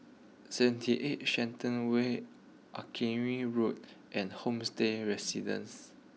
seventy eight Shenton way Road and Homestay Residences